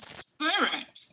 spirit